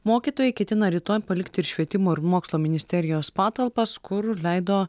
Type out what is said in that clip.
mokytojai ketina rytoj palikti ir švietimo ir mokslo ministerijos patalpas kur leido